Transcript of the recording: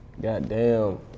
Goddamn